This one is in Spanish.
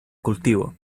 cultivo